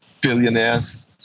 billionaires